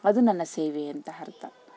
ಅದು ನನ್ನ ಸೇವೆ ಅಂತ ಅರ್ಥ